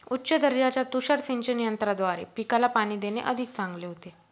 उच्च दर्जाच्या तुषार सिंचन यंत्राद्वारे पिकाला पाणी देणे अधिक चांगले होते